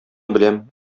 беләм